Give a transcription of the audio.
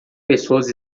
pessoas